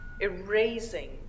erasing